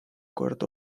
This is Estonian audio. kord